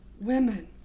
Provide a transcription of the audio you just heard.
women